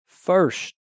First